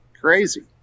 crazy